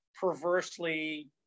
perversely